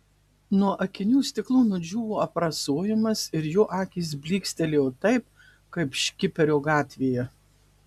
nuo akinių stiklų nudžiūvo aprasojimas ir jo akys blykstelėjo taip kaip škiperio gatvėje